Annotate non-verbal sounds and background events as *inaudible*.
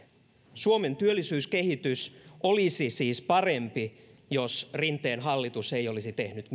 suomen työllisyyskehitys olisi siis parempi jos rinteen hallitus ei olisi tehnyt *unintelligible*